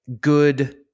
good